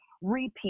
repeat